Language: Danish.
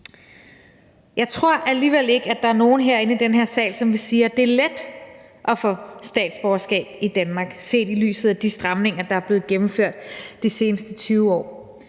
Jeg tror alligevel ikke, at der er nogen herinde i den her sal, som vil sige, at det er let at få statsborgerskab i Danmark, set i lyset af de stramninger, der er blevet gennemført de seneste 20 år.